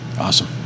awesome